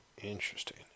Interesting